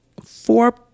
four